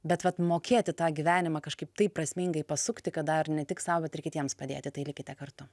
bet vat mokėti tą gyvenimą kažkaip taip prasmingai pasukti kad dar ne tik sau bet ir kitiems padėti tai likite kartu